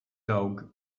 dog